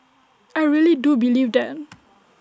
I really do believe that